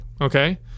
Okay